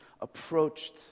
approached